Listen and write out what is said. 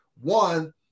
one